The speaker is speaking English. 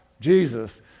Jesus